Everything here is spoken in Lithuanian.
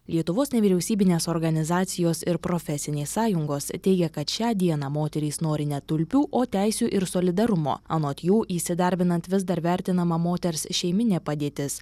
lietuvos nevyriausybinės organizacijos ir profesinės sąjungos teigia kad šią dieną moterys nori ne tulpių o teisių ir solidarumo anot jų įsidarbinant vis dar vertinama moters šeiminė padėtis